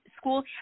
school